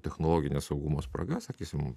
technologines saugumo spragas sakysim